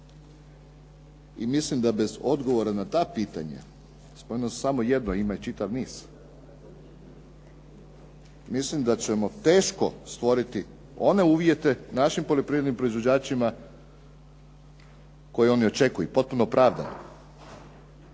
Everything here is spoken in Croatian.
i mislim da bez odgovora na ta pitanja, spomenuo sam samo jedno, ima čitav niz, mislim da ćemo teško stvoriti one uvjete našim poljoprivrednim proizvođačima koji oni očekuju i potpuno opravdano,